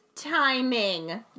Timing